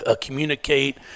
communicate